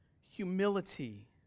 humility